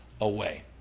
away